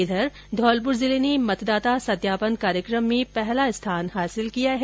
इधर धौलपुर जिले ने मतदाता सत्यापन कार्यक्रम में पहला स्थान हासिल किया है